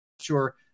Sure